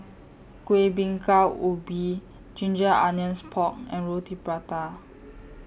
Kuih Bingka Ubi Ginger Onions Pork and Roti Prata